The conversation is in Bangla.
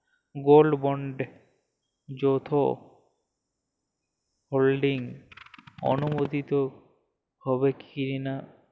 গোল্ড বন্ডে যৌথ হোল্ডিং অনুমোদিত হবে কিনা?